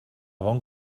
bon